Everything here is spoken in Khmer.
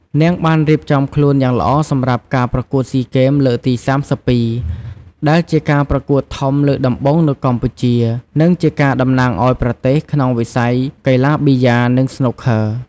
នាងបានត្រៀមខ្លួនយ៉ាងល្អសម្រាប់ការប្រកួតស៊ីហ្គេមលើកទី៣២ ដែលជាការប្រកួតធំលើកដំបូងនៅកម្ពុជា និងជាការតំណាងឲ្យប្រទេសក្នុងវិស័យកីឡាប៊ីយ៉ា និងស្នូកឃ័រ។